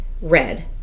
red